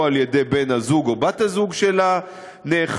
או על-ידי בן-הזוג או בת-הזוג של הנאכף,